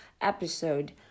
episode